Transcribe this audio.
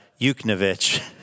Yuknovich